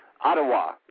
Ottawa